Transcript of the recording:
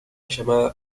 llamada